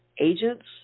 agents